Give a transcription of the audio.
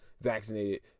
vaccinated